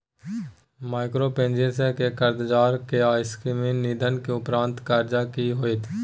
Microfinance के कर्जदार के असामयिक निधन के उपरांत कर्ज के की होतै?